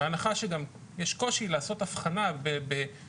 בהנחה שגם יש קושי לעשות הבחנה בין